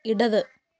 ഇടത്